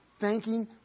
thanking